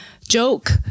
joke